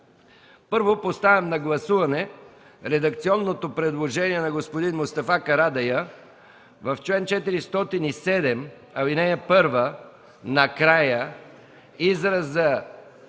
Първо, поставям на гласуване редакционното предложение на господин Мустафа Карадайъ в чл. 407, ал. 1 накрая, изразът